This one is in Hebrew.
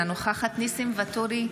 אינה נוכחת ניסים ואטורי,